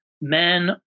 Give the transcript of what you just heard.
men